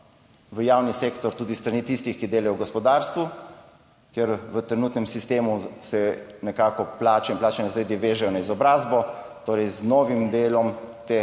v javni sektor tudi s strani tistih, ki delajo v gospodarstvu. Ker v trenutnem sistemu se nekako plače in plačni razredi vežejo na izobrazbo, torej z novim delom te